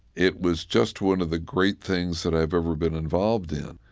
it was just one of the great things that i've ever been involved in.